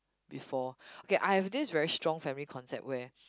before okay I have this very strong family concept where